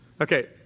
Okay